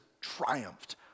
triumphed